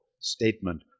statement